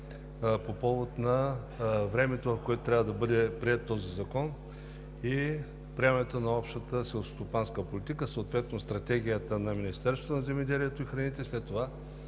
по повод на времето, в което трябва да бъде приет този закон и приемането на Общата селскостопанска политика, съответно Стратегията на Министерството на земеделието, храните и